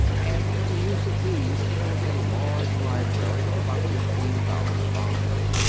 and for the use of these there was a large library of about fifteen thousand volumes.